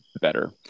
better